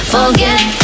Forget